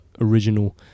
original